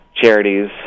charities